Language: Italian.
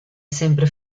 sempre